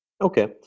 Okay